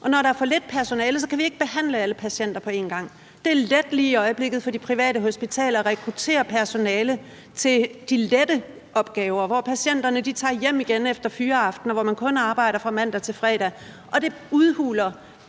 og når der er for lidt personale, kan vi ikke behandle alle patienter på en gang. Det er let lige i øjeblikket for de private hospitaler at rekruttere personale til de lette opgaver, hvor patienterne tager hjem igen efter fyraften, og hvor man kun arbejder fra mandag til fredag, men det udhuler